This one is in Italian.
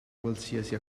qualsiasi